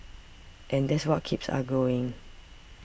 and that's what keeps us going